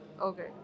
Okay